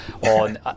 on